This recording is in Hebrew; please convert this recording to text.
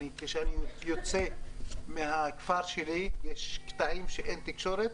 כשאני יוצא מהכפר שלי יש קטעים שאין תקשורת